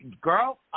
Girl